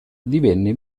divenne